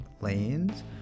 lanes